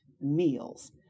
meals